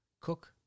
Cook